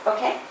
Okay